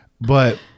But-